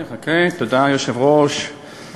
תודה, היושב-ראש,